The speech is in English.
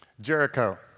Jericho